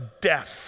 death